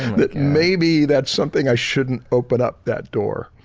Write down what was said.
that maybe that's something i shouldn't open up that door.